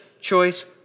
choice